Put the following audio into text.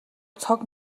цог